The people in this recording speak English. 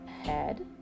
head